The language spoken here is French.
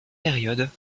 période